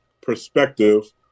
perspective